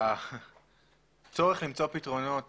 הצורך למצוא פתרונות